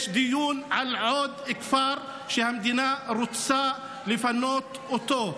יש דיון על עוד כפר שהמדינה רוצה לפנות אותו.